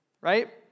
right